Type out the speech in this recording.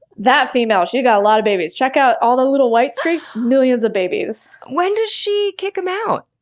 that female, she's got a lot of babies. check out all the little white streaks millions of babies! when does she kick them out?